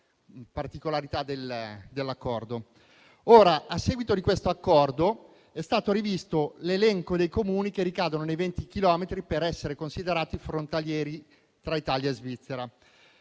a seguito di questo accordo è stato rivisto l'elenco dei Comuni che ricadono nei 20 chilometri per essere considerati frontalieri tra Italia e Svizzera.